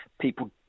People